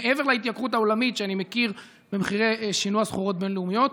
מעבר להתייקרות העולמית שאני מכיר במחירי שינוע סחורות בין-לאומיות.